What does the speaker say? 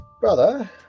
Brother